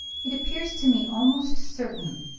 it appears to me almost certain,